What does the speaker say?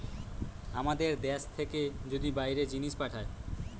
আমাদের দ্যাশ থেকে যদি বাইরে জিনিস পাঠায়